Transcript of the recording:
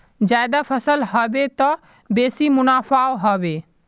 ज्यादा फसल ह बे त बेसी मुनाफाओ ह बे